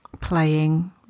playing